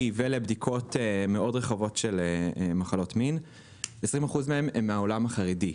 ולבדיקות מאוד רחבות של מחלות מין הם מהעולם החרדי.